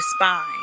spine